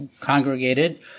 congregated